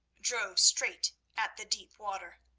drove straight at the deep water.